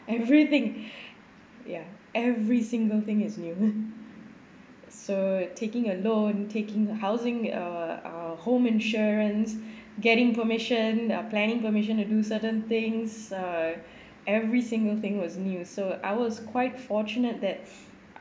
everything ya every single thing is new so taking a loan taking housing err uh home insurance getting permission uh planning permission to do certain things uh every single thing was new so I was quite fortunate that